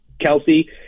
Kelsey